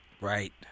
Right